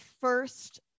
first